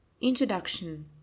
Introduction